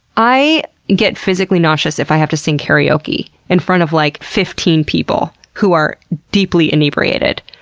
i get physically nauseous if i have to sing karaoke in front of like fifteen people who are deeply inebriated.